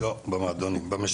לא, במועדונים.